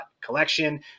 collection